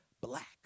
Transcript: black